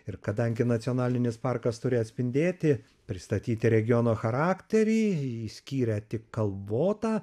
ir kadangi nacionalinis parkas turi atspindėti pristatyti regiono charakterį išskyrę tik kalvotą